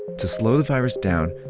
to slow the virus down,